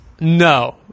No